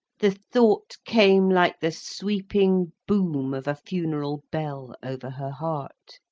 the thought came like the sweeping boom of a funeral bell over her heart.